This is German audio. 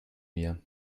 mir